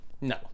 no